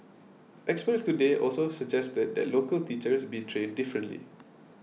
experts today also suggested that local teachers be trained differently